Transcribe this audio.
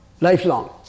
Lifelong